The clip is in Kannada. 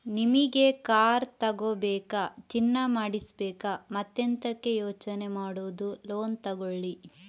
ನಿಮಿಗೆ ಕಾರ್ ತಗೋಬೇಕಾ, ಚಿನ್ನ ಮಾಡಿಸ್ಬೇಕಾ ಮತ್ತೆಂತಕೆ ಯೋಚನೆ ಮಾಡುದು ಲೋನ್ ತಗೊಳ್ಳಿ